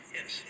Yes